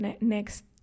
next